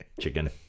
Chicken